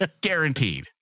Guaranteed